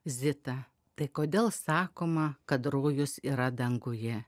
zita tai kodėl sakoma kad rojus yra danguje